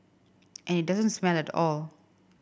and it doesn't smell at all